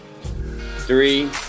three